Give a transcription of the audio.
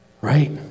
right